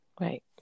Right